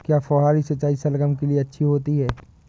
क्या फुहारी सिंचाई शलगम के लिए अच्छी होती है?